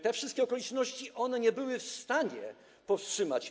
Te wszystkie okoliczności nie były w stanie tego powstrzymać.